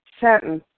sentence